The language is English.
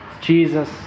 Jesus